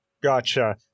gotcha